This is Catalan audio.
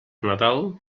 nadal